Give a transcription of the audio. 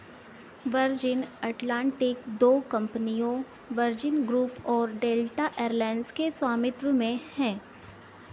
virgin Atlantic दो कंपनियों Virgin group और डेल्टा एयरलाइन्स के स्वामित्व में है